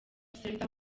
center